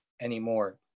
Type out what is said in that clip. anymore